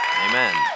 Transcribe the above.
Amen